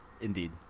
Indeed